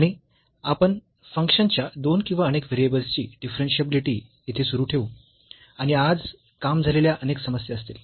आणि आपण फंक्शनच्या दोन किंवा अनेक व्हेरिएबल्स ची डिफरन्शियाबिलिटी येथे सुरू ठेवू आणि आज काम झालेल्या अनेक समस्या असतील